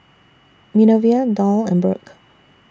Minervia Doll and Burk